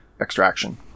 Extraction